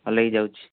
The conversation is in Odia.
ହଁ ନେଇକି ଯାଉଛି